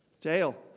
tail